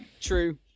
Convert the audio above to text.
True